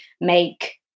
make